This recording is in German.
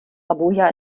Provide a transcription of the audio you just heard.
abuja